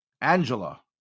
Angela